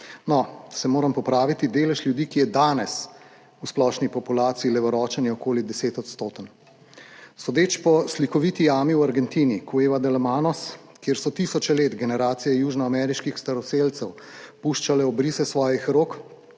No, se moram popraviti, delež ljudi, ki je danes v splošni populaciji levoročen, je okoli desetodstoten. Sodeč po slikoviti jami v Argentini Cueva de las Manos, kjer so tisoče let generacije južnoameriških staroselcev puščale obrise svojih rok,